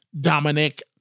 Dominic